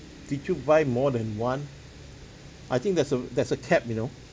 did you buy more than one I think there's a there's a cap you know